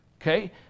Okay